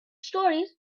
stories